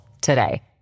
today